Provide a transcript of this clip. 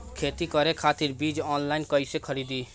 खेती करे खातिर बीज ऑनलाइन कइसे खरीदी?